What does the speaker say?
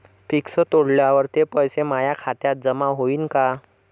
Fix तोडल्यावर ते पैसे माया खात्यात जमा होईनं का?